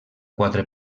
quatre